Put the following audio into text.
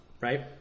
right